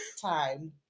time